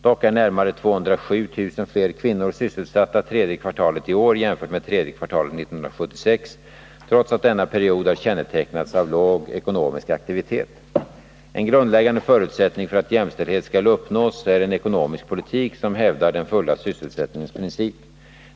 Dock är närmare 207 000 fler kvinnor sysselsatta tredje kvartalet i år jämfört med tredje kvartalet 1976 trots att denna period har kännetecknats av låg ekonomisk aktivitet. En grundläggande förutsättning för att jämställdhet skall uppnås är en ekonomisk politik som hävdar den fulla sysselsättningens princip.